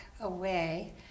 away